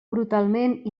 brutalment